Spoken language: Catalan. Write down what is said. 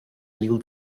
mil